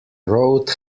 road